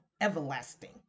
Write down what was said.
everlasting